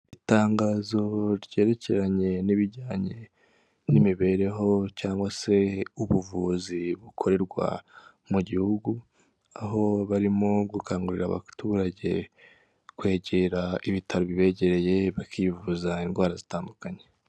Itangazo ryerekeranye n'ibijyanye n'imibereho cyangwa se ubuvuzi bukorerwa mu gihugu, aho barimo gukangurira abaturage, kwegera ibitaro bibegereye bakivuza indwara zitandukanye.